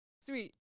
Sweet